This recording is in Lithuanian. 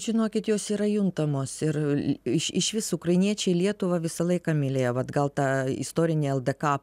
žinokit jos yra juntamos ir iš išvis ukrainiečiai lietuvą visą laiką mylėjo vat gal ta istorinė ldk